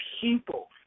people